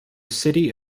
city